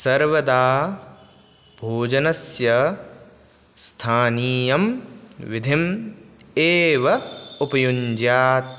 सर्वदा भोजनस्य स्थानीयम् विधिम् एव उपजुञ्ज्यात्